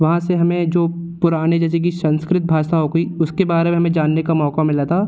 वहाँ से हमें जो पुराने जैसे कि संस्कृत भाषा हो गई उसके बारे में हमें जानने का मौका मिला था